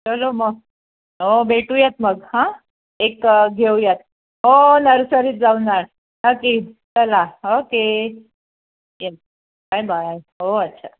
चलो मग हो भेटूयात मग हां एक घेऊयात हो नर्सरीत जाऊनच नक्की चला ओके ये बाय बाय हो अच्छा